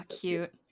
cute